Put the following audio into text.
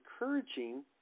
encouraging